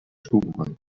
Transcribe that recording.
stubenrein